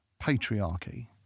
patriarchy